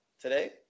today